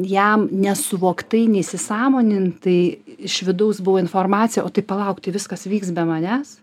jam nesuvoktai neįsisąmonintai iš vidaus buvo informacija o tai palauk tai viskas vyks be manęs